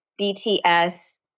BTS